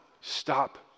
stop